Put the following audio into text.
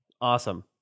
Awesome